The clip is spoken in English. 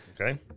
Okay